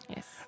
Yes